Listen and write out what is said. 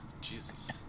Jesus